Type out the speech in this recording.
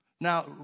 Now